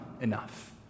enough